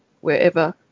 wherever